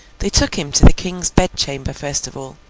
they took him to the king's bed-chamber first of all,